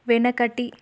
వెనకటి